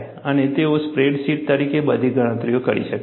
અને તેઓ સ્પ્રેડશીટ તરીકે બધી ગણતરીઓ કરી શકે છે